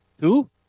Two